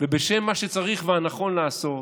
מה שצריך ונכון לעשות